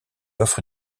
offre